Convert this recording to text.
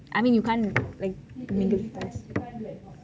I mean you cant like